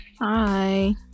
Hi